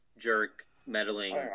jerk-meddling